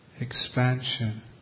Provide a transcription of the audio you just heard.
expansion